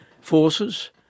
forces